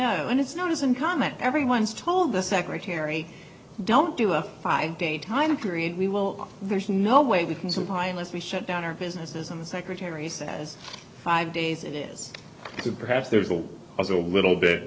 know and it's not as uncommon everyone's told the secretary don't do a five day time period we will there's no way we can supply unless we shut down our businesses and the secretary says five days it is perhaps there's a little bit